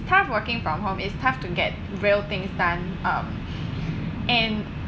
tough working from home it's tough to get real things done um and